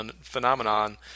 phenomenon